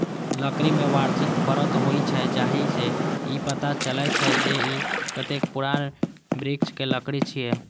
लकड़ी मे वार्षिक परत होइ छै, जाहि सं ई पता चलै छै, जे ई कतेक पुरान वृक्षक लकड़ी छियै